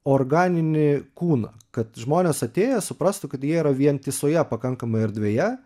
organinį kūną kad žmonės atėję suprastų kad jie yra vientisoje pakankamai erdvėje